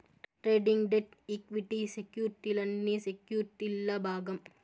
trading, debt, equity సెక్యుర్టీలన్నీ సెక్యుర్టీల్ల భాగం